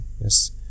yes